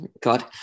God